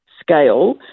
scale